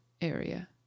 area